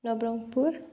Nabarangpur